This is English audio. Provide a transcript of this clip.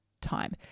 time